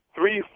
Three